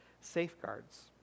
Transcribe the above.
safeguards